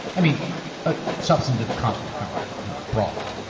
i mean a substantive conflict, not like a you know brawl.